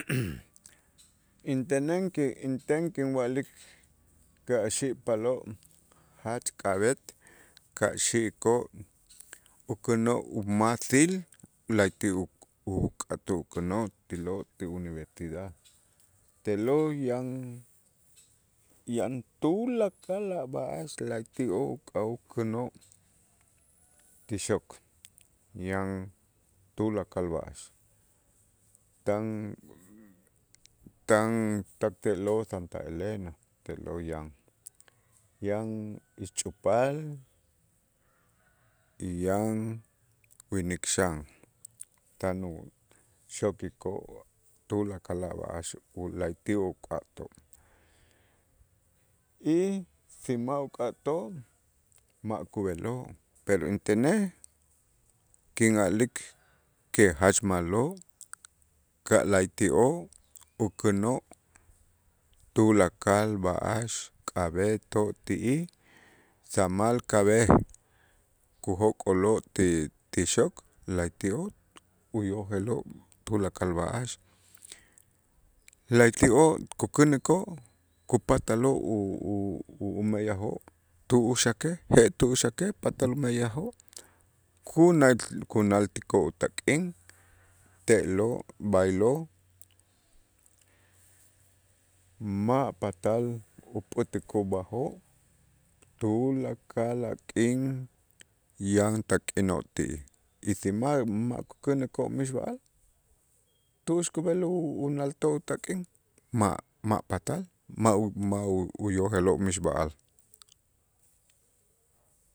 Intenen ki inten kinwa'lik ka' xi'paaloo' jach k'ab'et ka' xi'ikoo' ukänoo' umasil la'ayti' u- uk'atoo' ukänoo' tiloo' ti Universidad, te'lo' yan yan tulakal a' b'a'ax la'ayti'oo' ka' ukänoo' ti xok, yan tulakal b'a'ax tan tan tak te'lo' Santa Elena te'lo' yan, yan ixch'upaal yan winik xan tan uxokikoo' tulakal b'a'ax u la'ayti' uk'atoo' y si ma' uk'atoo' ma' kub'eloo', pero intenej kin'alik que jach ma'lo', ka' la'ayti'oo' ukänoo' tulakal b'a'ax k'ab'et o ti'ij samal kab'ej kujok'oloo' ti- ti xok la'ayti'oo' uyojeloo' tulakal b'a'ax, la'ayti'oo' kukänikoo' kupataloo' u- u- umeyajoo' tu'uxakej je'tu'uxakej patal umeyajoo' kuna kunaaltikoo' utak'in te'lo', b'aylo' ma' patal upät'ikoo' b'ajoo' tulakal a' k'in yan tak'inoo' ti'ij y si ma'-ma' kukänikoo' mixb'a'al tu'ux kub'el u- unaaltoo' tak'in ma'-ma' patal, ma'-ma' u- uyojeloo' mixb'a'al.